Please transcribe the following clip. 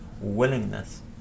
willingness